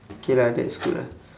okay lah that's good ah